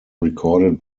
recorded